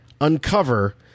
uncover